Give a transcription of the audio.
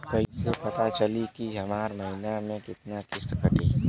कईसे पता चली की हमार महीना में कितना किस्त कटी?